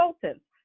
consultants